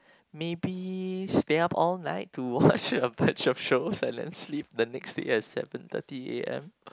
maybe stay up all night to watch a bunch of shows and then sleep the next day at seven thirty A_M